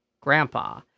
Grandpa